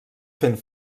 fent